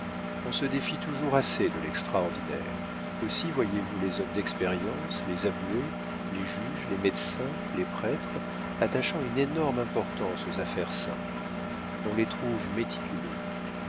on se défie toujours assez de l'extraordinaire aussi voyez-vous les hommes d'expérience les avoués les juges les médecins les prêtres attachant une énorme importance aux affaires simples on les trouve méticuleux